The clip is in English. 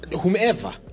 Whomever